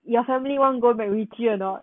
you family want go macritchie or not